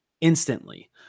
instantly